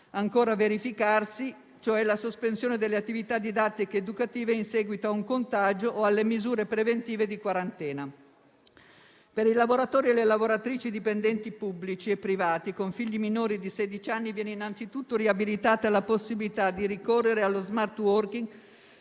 ancora verificarsi, della sospensione delle attività didattiche ed educative in seguito a un contagio o alle misure preventive di quarantena. Per i lavoratori e le lavoratrici dipendenti pubblici e privati con figli minori di sedici anni viene innanzitutto riabilitata la possibilità di ricorrere allo *smart* *working*